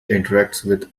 with